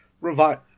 revive